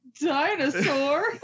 dinosaur